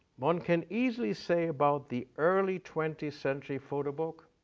one can easily say about the early twentieth century photo book,